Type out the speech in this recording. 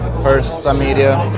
first, some media.